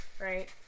right